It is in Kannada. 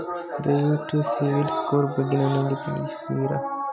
ದಯವಿಟ್ಟು ಸಿಬಿಲ್ ಸ್ಕೋರ್ ಬಗ್ಗೆ ನನಗೆ ತಿಳಿಸುವಿರಾ?